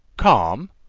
calm!